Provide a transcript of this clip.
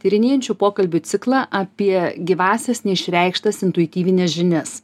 tyrinėjančių pokalbių ciklą apie gyvąsias neišreikštas intuityvines žinias